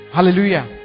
Hallelujah